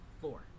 four